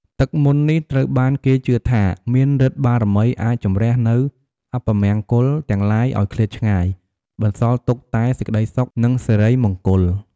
ទឹកមន្តនេះត្រូវបានគេជឿថាមានឫទ្ធិបារមីអាចជម្រះនូវអពមង្គលទាំងឡាយឲ្យឃ្លាតឆ្ងាយ បន្សល់ទុកតែសេចក្ដីសុខនិងសិរីមង្គល។